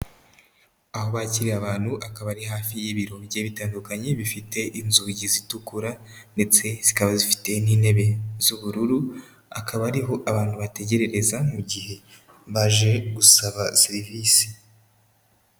Aho bakiriye abantu akaba ari hafi y'ibiro bigiye bitandukanye bifite inzugi zitukura ndetse zikaba zifite n'intebe z'ubururu, akaba ari ho abantu bategerereza mu gihe baje gusaba serivise.